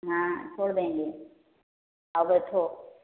हाँ छोड़ देंगे आओ बैठो